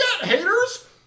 haters